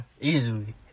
Easily